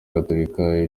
gatolika